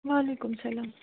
وعلیکُم سلام